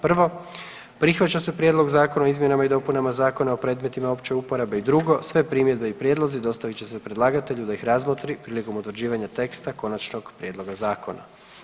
Prvo prihvaća se Prijedlog Zakona o izmjenama i dopunama Zakona o predmetima opće uporabe i drugo sve primjedbe i prijedlozi dostavit će se predlagatelju da ih razmotri prilikom utvrđivanja teksta konačnog prijedloga zakona.